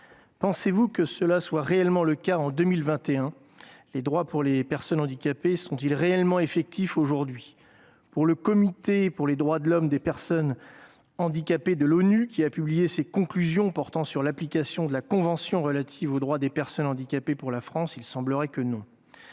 d'État, que cela soit réellement le cas en 2021 ? Les droits des personnes handicapées sont-ils pleinement effectifs aujourd'hui ? Pour le Comité des droits des personnes handicapées de l'ONU, qui a publié ses conclusions portant sur l'application par la France de la Convention relative aux droits des personnes handicapées, il semblerait que non.